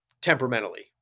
temperamentally